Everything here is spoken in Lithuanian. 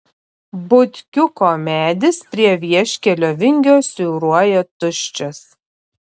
butkiuko medis prie vieškelio vingio siūruoja tuščias